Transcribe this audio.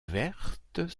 vertes